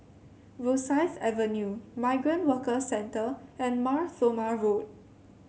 Rosyth Avenue Migrant Workers Centre and Mar Thoma Road